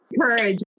Courage